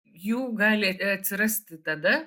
jų gali atsirasti tada